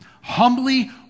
Humbly